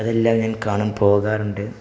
അതെല്ലാം ഞാൻ കാണും പോകാറുണ്ട്